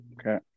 Okay